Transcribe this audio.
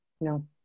No